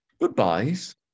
Goodbyes